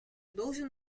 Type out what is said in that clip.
должен